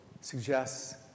suggests